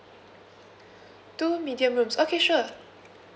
two medium rooms okay sure